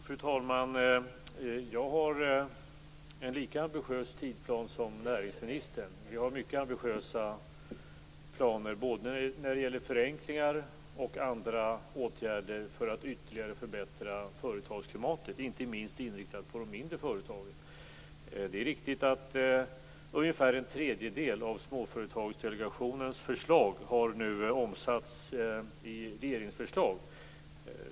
Fru talman! Jag har en lika ambitiös tidsplan som näringsministern. Vi har mycket ambitiösa planer när det gäller både förenklingar och andra åtgärder för att ytterligare förbättra företagsklimatet, inte minst inriktat på de mindre företagen. Det är riktigt att ungefär en tredjedel av Småföretagardelegationens förslag nu omsatts i regeringsförslag.